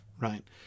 right